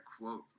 quote